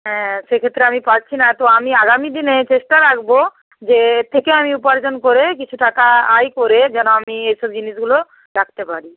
হ্যাঁ সেক্ষেত্রে আমি পারছি না তো আমি আগামী দিনে চেষ্টা রাখব যে এর থেকে আমি উপার্জন করে কিছু টাকা আয় করে যেন আমি এ সব জিনিসগুলো রাখতে পারি